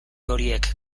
horiek